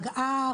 תראה,